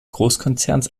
großkonzerns